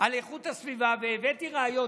על איכות הסביבה והבאתי ראיות.